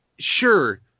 Sure